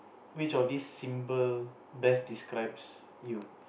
which of these symbol best describes you